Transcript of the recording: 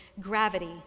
gravity